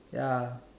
ya